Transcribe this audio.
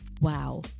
wow